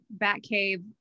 Batcave